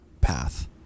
path